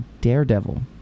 Daredevil